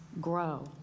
grow